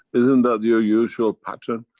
isn't that you are usual pattern?